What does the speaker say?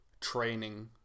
training